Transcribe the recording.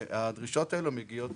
הדרישות האלה מגיעות